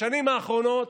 בשנים האחרונות,